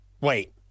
Wait